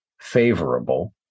favorable